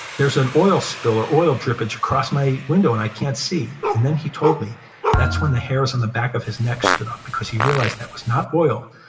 there's an oil spill or oil drippage across my window and i can't see. and then he told me that's when the hairs on the back of his neck stood up, because he realized that was not oil.